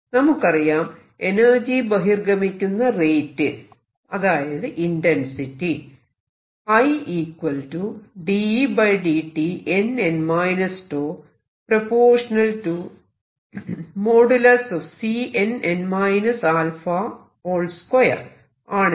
നമുക്കറിയാം എനർജി ബഹിർഗമിക്കുന്ന റേറ്റ് അതായത് ഇന്റെൻസിറ്റി ആണെന്ന്